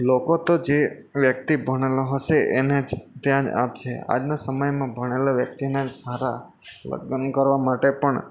લોકો તો જે વ્યક્તિ ભણેલો હશે એને જ ધ્યાન આપશે આજના સમયમાં ભણેલાં વ્યક્તિને સારા લગ્ન કરવા માટે પણ